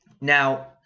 Now